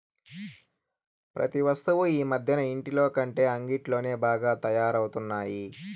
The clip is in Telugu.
ప్రతి వస్తువు ఈ మధ్యన ఇంటిలోకంటే అంగిట్లోనే బాగా తయారవుతున్నాయి